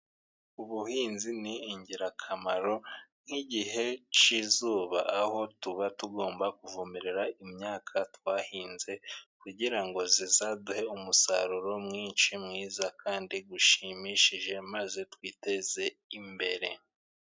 Ubuhinzi ni ingirakamaro nk'igihe cy'izuba aho tuba tugomba kuvomerera imyaka twahinze, kugira ngo zizaduhe umusaruro mwinshi mwiza kandi ushimishije maze twiteze imbere.